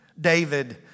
David